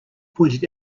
pointed